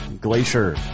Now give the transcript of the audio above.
Glacier